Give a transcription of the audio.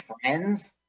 friends